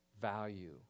value